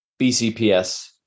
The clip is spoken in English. BCPS